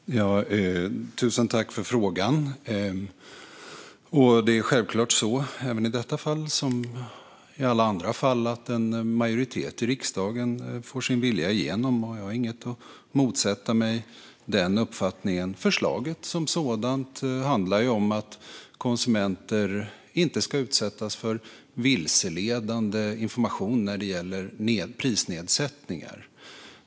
Fru talman! Tusen tack för frågan! Det är självklart så även i detta fall som i alla andra fall att en majoritet i riksdagen får sin vilja igenom. Jag har ingen anledning att motsätta mig den uppfattningen. Förslaget som sådant handlar om att konsumenter inte ska utsättas för vilseledande information när det gäller prisnedsättningar.